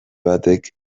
batek